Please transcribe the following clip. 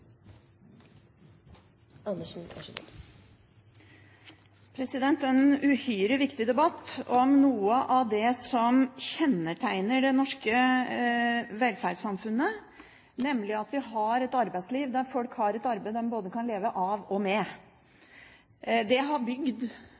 det som kjennetegner det norske velferdssamfunnet, nemlig at vi har et arbeidsliv der folk har et arbeid som de både kan leve av og med.